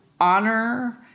honor